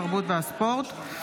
התרבות והספורט.